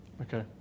Okay